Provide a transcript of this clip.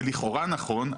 זה לכאורה נכון.